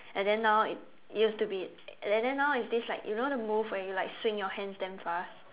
and then now it used to be and then now it's this like you know the move where you like swing your hands damn fast